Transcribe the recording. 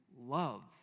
love